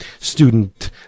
student